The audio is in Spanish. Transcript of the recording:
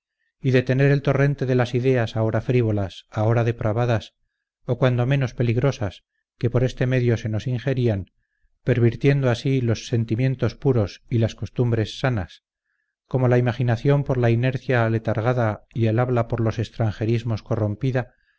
y detener el torrente de las ideas ahora frívolas ahora depravadas o cuando menos peligrosas que por este medio se nos ingerían pervirtiendo así los sentimientos puros y las costumbres sanas como la imaginación por la inercia aletargada y el habla por los extranjerismos corrompida